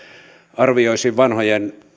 arvioisin vanhojen